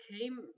came